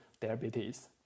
diabetes